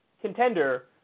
contender